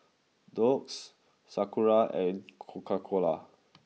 Doux Sakura and Coca Cola